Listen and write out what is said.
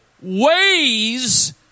ways